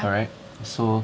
correct so